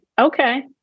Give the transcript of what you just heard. Okay